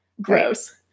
gross